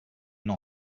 n’en